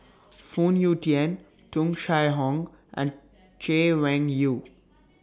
Phoon Yew Tien Tung Chye Hong and Chay Weng Yew